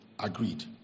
Agreed